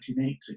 1980